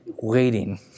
waiting